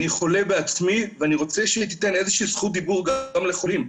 אני חולה בעצמי ואני רוצה שתינתן איזה שהיא זכות דיבור גם לחולים.